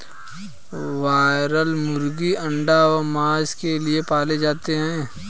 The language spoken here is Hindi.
ब्रायलर मुर्गीयां अंडा व मांस के लिए पाले जाते हैं